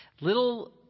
Little